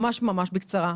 ממש ממש בקצרה,